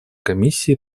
комиссии